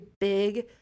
big